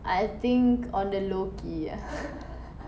I think on the low key ah